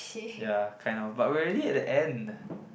ya kind of but we're already at the end